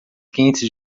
quentes